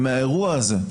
מהאירוע הזה,